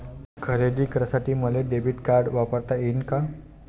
खरेदी करासाठी मले डेबिट कार्ड वापरता येईन का?